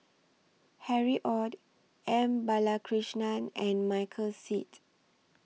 Harry ORD M Balakrishnan and Michael Seet